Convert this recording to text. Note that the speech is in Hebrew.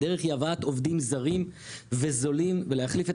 הדרך היא הבאת עובדים זרים וזולים ולהחליף את